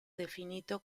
definito